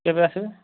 କେବେ ଆସିବେ